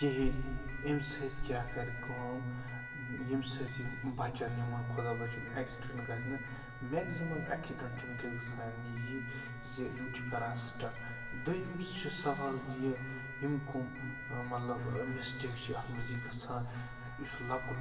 کِہیٖنۍ اَمہِ سۭتۍ کیٛاہ کَرِ کٲم ییٚمہِ سۭتۍ یِم بَچَن یِمَن خۄدا بَچٲیِن اٮ۪کسِڈٮ۪نٛٹ گژھِ نہٕ مٮ۪گزِمَم اٮ۪کسِڈٮ۪نٛٹ چھِ وٕنۍکٮ۪س گژھان یی زِ یِم چھِ کَران سٕٹَم دٔیِم تہِ چھِ سوال یہِ یِم کَم مطلب مِسٹیک چھِ اَتھ منٛز یہِ گژھان یُس لۄکُٹ